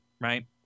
right